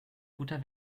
guter